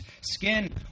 skin